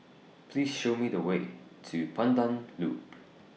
Please Show Me The Way to Pandan Loop